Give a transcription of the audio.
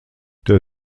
der